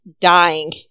dying